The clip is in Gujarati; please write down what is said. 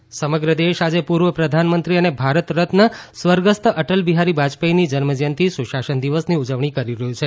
અટલ બિહારી સુશાસન દિવસ સમગ્ર દેશ આજે પૂર્વ પ્રધાનમંત્રી અને ભારત રત્ન સ્વર્ગસ્થ અટલ બિહારી વાજપાઇની જન્મજયંતિ સુશાસન દિવસની ઉજવણી કરી રહ્યું છે